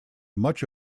much